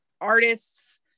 artists